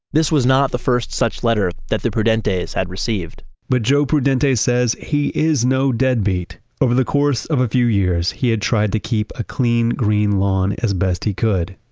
this was not the first such letter that the prudente's had received but joe prudente says he is no deadbeat. over the course of a few years, he had tried to keep a clean, green lawn as best he could.